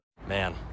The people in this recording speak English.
Man